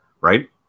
right